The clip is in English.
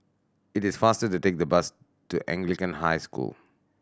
it is faster to take the bus to Anglican High School